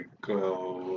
go